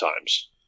times